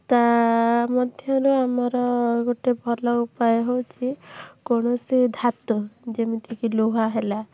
ତା' ମଧ୍ୟରୁ ଆମର ଗୋଟେ ଭଲ ଉପାୟ ହେଉଛି କୌଣସି ଧାତୁ ଯେମିତିକି ଲୁହା ହେଲା